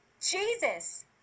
Jesus